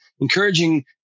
encouraging